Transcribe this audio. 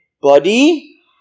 Body